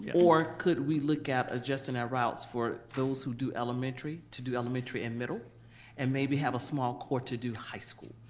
or could we look at adjusting our routes for those that do elementary to do elementary and middle and maybe have a small court to do high school.